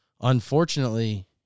unfortunately